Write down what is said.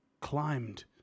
climbed